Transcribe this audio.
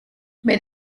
wenn